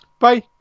Bye